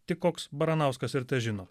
tik koks baranauskas ir tą žino